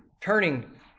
turning